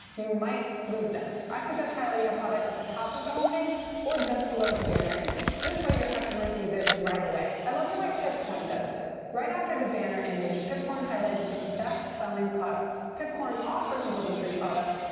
you might lose them! i suggest highlighting a product at the very top of your homepage or just below the banner image. this way your customer sees it right away. i love the way pipcorn does this. right after the banner image, pipcorn highlights its best selling products. pipcorn offers more than three products,